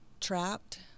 trapped